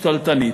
שתלטנית.